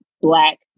Black